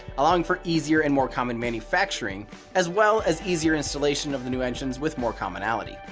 allowing for easier and more common manufacturing as well as easier installation of the new engines with more commonality.